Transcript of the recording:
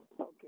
Okay